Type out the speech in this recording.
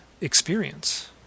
experience